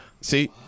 See